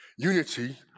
Unity